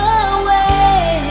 away